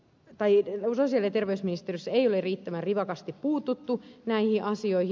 taiteen rusaselle de westminsterissä ei ole riittävän rivakasti puututtu näihin asioihin